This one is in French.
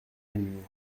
animaux